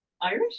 Irish